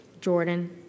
Jordan